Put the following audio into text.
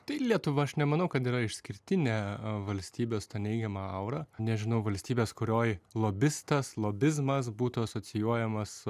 tai lietuva aš nemanau kad yra išskirtinė valstybės ta neigiama aura nežinau valstybės kurioj lobistas lobizmas būtų asocijuojamas